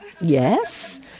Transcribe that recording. Yes